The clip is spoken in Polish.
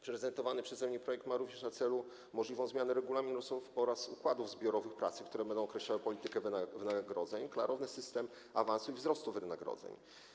Prezentowany przeze mnie projekt ma również na celu możliwą zmianę regulaminów oraz układów zbiorowych pracy, które będą określały politykę wynagrodzeń i klarowny system awansu i wzrostu wynagrodzeń.